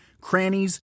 crannies